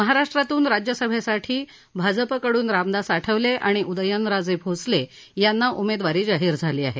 महाराष्ट्रातून राज्यसभेसाठी भाजपकडून रामदास आठवले आणिउदयन राजे भोसले यांना उमेदवारी जाहीर झाली आहे